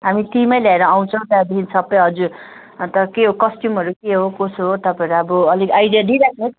हामी टिमै लिएर आउँछौँ त्यहाँदेखि सबै हजुर अन्त के हो कस्ट्युमहरू के हो कसो हो तपाईँहरू अब अलि आइडिया दिइराख्नुहोस्